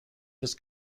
this